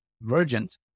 virgins